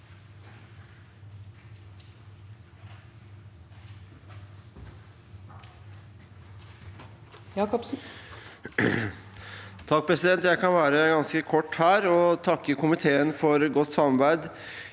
for saken): Jeg kan være ganske kort her og takke komiteen for godt samarbeid.